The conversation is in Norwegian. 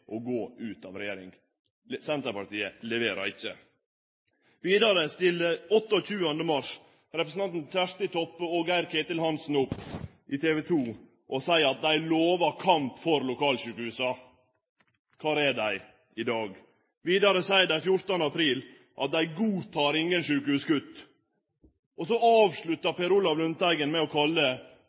å gå ut av regjering. Senterpartiet leverer ikkje. Vidare stiller representantane Kjersti Toppe og Geir-Ketil Hansen den 28. mars opp i TV 2 og seier at dei lovar kamp for lokalsjukehusa. Kvar er dei i dag? Vidare seier dei den 14. april at dei godtek ingen sjukehuskutt. Og så avsluttar Per Olaf Lundteigen med å